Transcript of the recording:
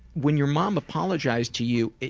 when your mom apologized to you